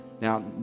Now